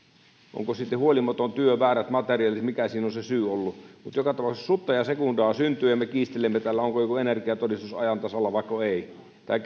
onko sitten huolimaton työ väärät materiaalit vai mikä siinä on se syy ollut mutta joka tapauksessa sutta ja sekundaa syntyy ja me kiistelemme täällä onko joku energiatodistus ajan tasalla vaiko ei